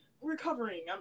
Recovering